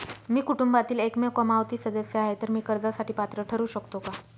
मी कुटुंबातील एकमेव कमावती सदस्य आहे, तर मी कर्जासाठी पात्र ठरु शकतो का?